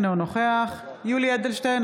אינו נוכח יולי יואל אדלשטיין,